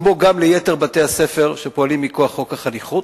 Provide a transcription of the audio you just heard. כמו גם ליתר בתי-הספר שפועלים מכוח חוק החניכות,